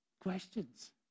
questions